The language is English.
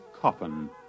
Coffin